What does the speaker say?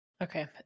Okay